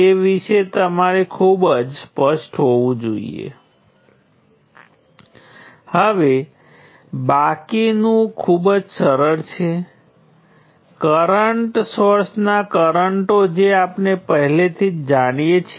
તેથી જો હું નોડ 2 માટે સમીકરણ લખું તો મને આમાંથી વહેતો કુલ કરંટ કેટલો મળશે જે આ કરંટ તે કરંટ અને તે કરંટનાં સરવાળા જેટલો છે અને તેની બરાબર શૂન્ય હશે એટ્લે કે તેમાંથી પ્રથમ V2 V1 × G 1 2 છે